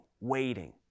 waiting